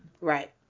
Right